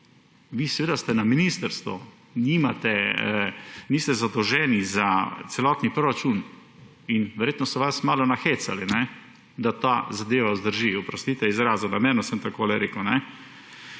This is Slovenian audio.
Vi ste na ministrstvu, niste zadolženi za celotni proračun in verjetno so vas malo nahecali, da ta zadeva vzdrži. Oprostite izrazu, namerno sem takole rekel.